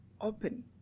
open